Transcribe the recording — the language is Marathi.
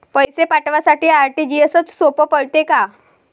पैसे पाठवासाठी आर.टी.जी.एसचं सोप पडते का?